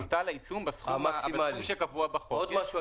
מוטל העיצום בסכום שקבוע בחוק.